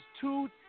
two